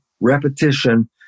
repetition